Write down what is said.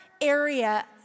area